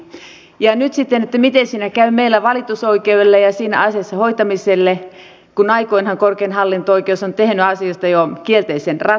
miten siinä nyt sitten käy meillä valitusoikeudelle ja sen asian hoitamiselle kun aikoinaan korkein hallinto oikeus on tehnyt asiasta jo kielteisen ratkaisun ja päätöksen